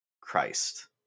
Christ